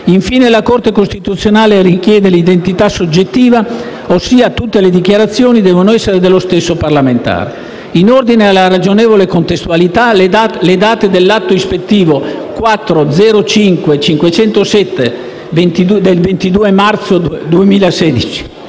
Infine la Corte costituzionale richiede l'identità soggettiva, ossia tutte le dichiarazioni devono essere dello stesso parlamentare. In ordine alla ragionevole contestualità, le date dell'atto ispettivo